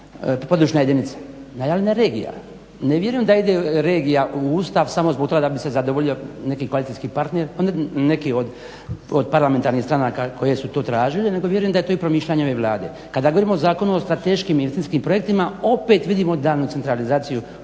područna jedinica. Najavljena je regija. Ne vjerujem da ide regija u Ustav samo zbog toga da bi se zadovoljio neki koalicijski partner, neki od parlamentarnih stranaka koje su to tražile nego vjerujem da je to i promišljanje ove Vlade. Kada govorimo o Zakonu o strateškim investicijskim projektima opet vidimo daljnju centralizaciju